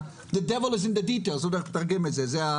The devil is in the details אני לא יודע איך לתרגם את זה.